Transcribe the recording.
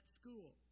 school